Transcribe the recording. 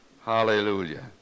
Hallelujah